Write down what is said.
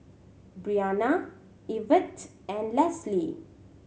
Briana Ivette and Lesli